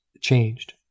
changed